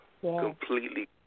completely